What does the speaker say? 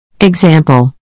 Example